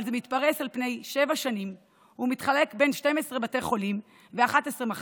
אבל זה מתפרס על שבע שנים ומתחלק בין 12 בתי חולים ו-11 מחלקות.